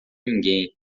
ninguém